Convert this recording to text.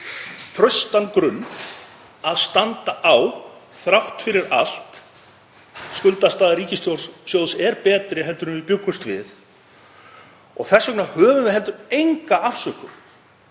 traustan grunn til að standa á þrátt fyrir allt. Skuldastaða ríkissjóðs er betri en við bjuggumst við og þess vegna höfum við heldur enga afsökun